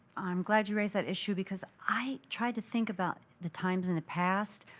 i'm glad you raised that issue because i tried to think about the times in the past,